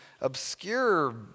obscure